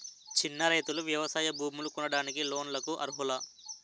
చిన్న రైతులు వ్యవసాయ భూములు కొనడానికి లోన్ లకు అర్హులా?